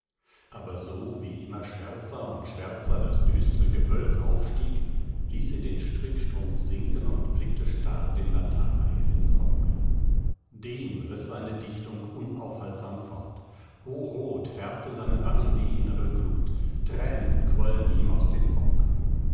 aber so wie immer schwärzer und schwärzer das düstre gewölk aufstieg ließ sie den strickstrumpf sinken und blickte starr dem nathanael ins auge den riß seine dichtung unaufhaltsam fort hochrot färbte seine wangen die innere glut tränen quollen ihm aus den augen